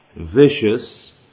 vicious